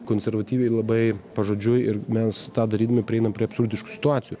konservatyviai labai pažodžiui ir mes tą darydami prieinam prie absurdiškų situacijų